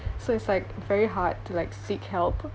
so it's like very hard to like seek help